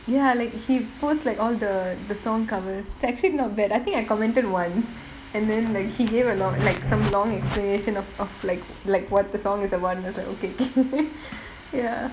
ya like he posts like all the the song covers that's actually not bad I think I commented once and then like he gave a long like some explanation of of like like what the song is about and I was like okay can ya